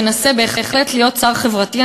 שמנסה בהחלט להיות שר חברתי,